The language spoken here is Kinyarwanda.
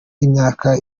imyaka